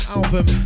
album